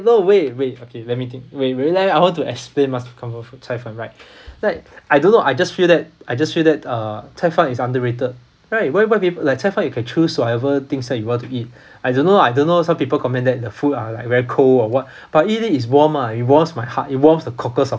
no wait wait okay let me think wait wait leh I want to explain my comfort food 菜饭 right right I don't know I just feel that I just feel that uh 菜饭 is underrated right why why like 菜饭 you can choose whatever things that you want to eat I don't know lah I don't know some people commend that the food are like very cold or what but eat it is warm lah it warms my heart it warms the cockles of